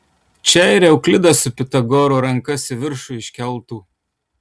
čia ir euklidas su pitagoru rankas į viršų iškeltų